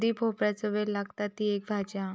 दुधी भोपळ्याचो वेल लागता, ती एक भाजी हा